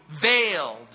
veiled